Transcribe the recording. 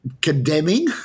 condemning